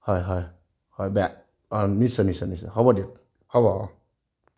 হয় হয় হয় বেক অঁ নিশ্চয় নিশ্চয় নিশ্চয় হ'ব দিয়ক হ'ব অঁ